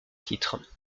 titre